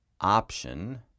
option